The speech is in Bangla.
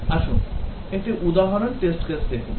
আসুন একটি উদাহরণ test case দেখুন